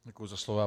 Děkuji za slovo.